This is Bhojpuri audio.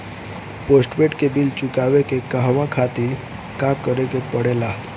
पोस्टपैड के बिल चुकावे के कहवा खातिर का करे के पड़ें ला?